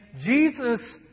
Jesus